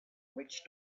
witch